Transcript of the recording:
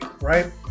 right